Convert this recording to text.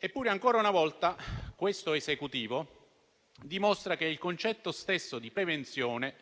dimostra ancora una volta che il concetto stesso di prevenzione